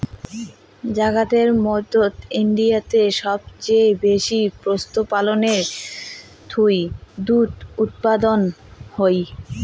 জাগাতের মধ্যে ইন্ডিয়াতে সবচেয়ে বেশি পশুপালনের থুই দুধ উপাদান হই